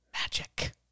Magic